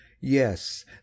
yes